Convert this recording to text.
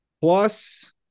Plus